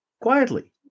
quietly